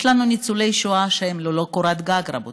יש לנו ניצולי שואה שהם ללא קורת גג, רבותיי.